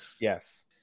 Yes